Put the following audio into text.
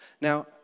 Now